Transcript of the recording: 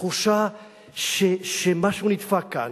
תחושה שמשהו נדפק כאן.